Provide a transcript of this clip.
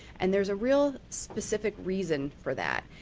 and there is a real specific reason for that.